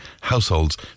households